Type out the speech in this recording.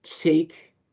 take